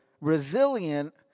resilient